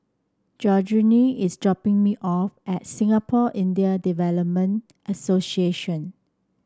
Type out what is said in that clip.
Georgine is dropping me off at Singapore Indian Development Association